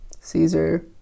caesar